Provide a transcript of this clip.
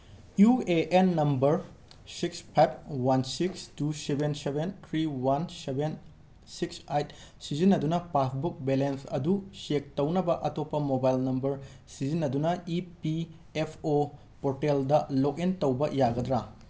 U A N number six five one six two seven seven three one seven six eight ꯁꯤꯖꯤꯟꯅꯗꯨꯅ passbook balance ꯑꯗꯨ check ꯇꯧꯅꯕ ꯑꯇꯣꯞꯄ mobile number ꯁꯤꯖꯤꯟꯅꯗꯨꯅ E P F O ꯄꯣꯔꯇꯦꯜꯗ log in ꯇꯧꯕ ꯌꯥꯒꯗ꯭ꯔꯥ